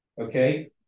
okay